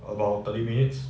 about thirty minutes